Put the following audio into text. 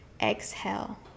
exhale